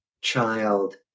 child